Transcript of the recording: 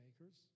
makers